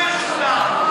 לא ישודר.